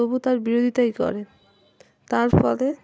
তবু তার বিরোধিতাই করে তার ফলে